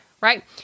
right